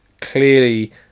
clearly